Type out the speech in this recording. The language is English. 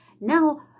Now